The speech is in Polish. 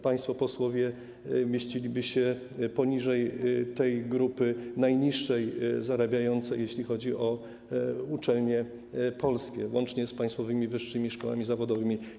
Państwo posłowie mieściliby się poniżej tej grupy najgorzej zarabiającej, jeśli chodzi o uczelnie polskie, łącznie z państwowymi wyższymi szkołami zawodowymi.